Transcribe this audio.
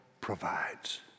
provides